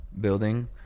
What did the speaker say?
building